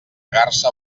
garsa